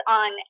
on